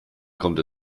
kommt